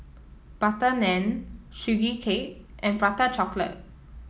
Butter Naan Sugee Cake and Prata Chocolate